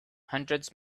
hundreds